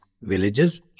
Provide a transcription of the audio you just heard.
Villages